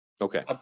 Okay